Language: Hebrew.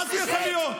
מה זה יכול להיות?